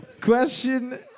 Question